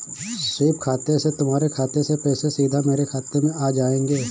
SVEEP खाते से तुम्हारे खाते से पैसे सीधा मेरे खाते में आ जाएंगे